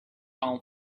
own